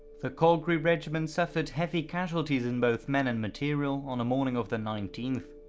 the calgary regiment suffered heavy casualties in both men and materiel on the morning of the nineteenth.